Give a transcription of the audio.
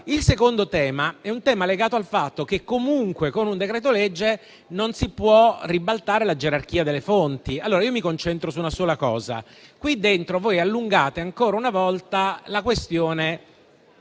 Il secondo tema è legato al fatto che, comunque, con un decreto-legge non si può ribaltare la gerarchia delle fonti. Io mi concentro su una sola cosa. Qui dentro voi allungate ancora una volta la questione